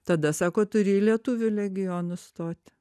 tada sako turi į lietuvių legionus stoti